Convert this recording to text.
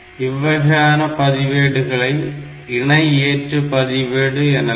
இவ்வகையான பதிவேடுகளை இணை ஏற்று பதிவேடு எனலாம்